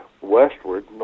westward